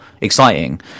exciting